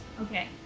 Okay